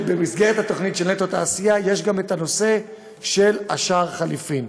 ובמסגרת התוכנית של "נטו תעשייה" יש גם הנושא של שער החליפין.